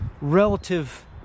relative